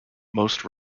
most